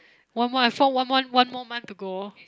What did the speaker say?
one month I have one one one more month to go